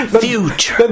Future